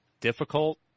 difficult